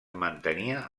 mantenia